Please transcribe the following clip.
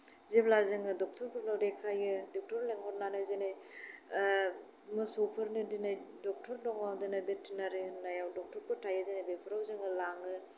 जेब्ला जोङो दक्टरफोरनाव देखायो दक्टर लेंहरानै जेने मोसौफोरनि दिनै दक्टर दङ दिनै भेटेनारि होन्नायाव दक्टरफोर थायो जेरै बेफोराव जोङो लाङो